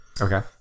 Okay